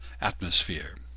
atmosphere